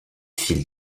fil